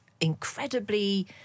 incredibly